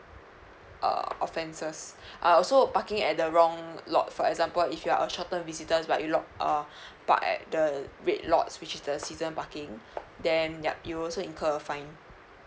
uh offences uh also parking at the wrong lot for example if you're a short term visitors but you lot uh park at the red lots which is the season parking then yup you will also incur a fine